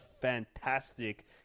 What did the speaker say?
fantastic